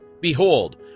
Behold